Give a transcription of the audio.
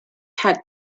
had